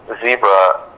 zebra